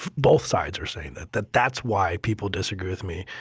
both sides are saying that, that that's why people disagree with me.